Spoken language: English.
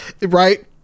Right